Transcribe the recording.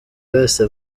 yose